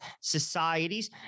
societies